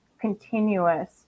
continuous